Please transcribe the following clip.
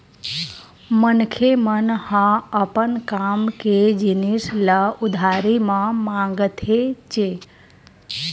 मनखे मन ह अपन काम के जिनिस ल उधारी म मांगथेच्चे